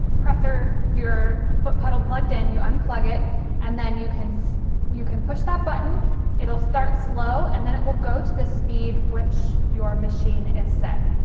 presser your foot pedal plugged in you unplug it and then you can so you can push that button it'll start slow and then it will go to the speed which your machine is set